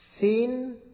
seen